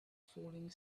falling